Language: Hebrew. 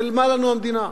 נעלמה לנו המדינה.